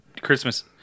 Christmas